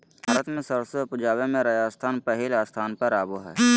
भारत मे सरसों उपजावे मे राजस्थान पहिल स्थान पर आवो हय